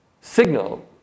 signal